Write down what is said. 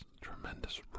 tremendous